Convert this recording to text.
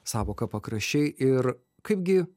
sąvoka pakraščiai ir kaipgi